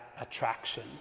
attraction